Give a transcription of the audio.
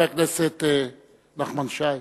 חבר הכנסת נחמן שי.